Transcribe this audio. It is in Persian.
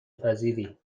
پذیری